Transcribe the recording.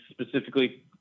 specifically